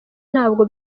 ntabwo